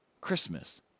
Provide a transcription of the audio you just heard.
Christmas